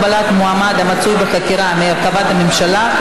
הגבלת מועמד המצוי בחקירה מהרכבת ממשלה),